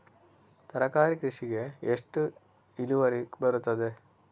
ತರಕಾರಿ ಕೃಷಿಗೆ ಎಷ್ಟು ಇಳುವರಿ ಬರುತ್ತದೆ?